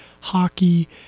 hockey